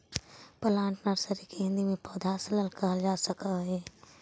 plant nursery के हिंदी में पौधशाला कहल जा सकऽ हइ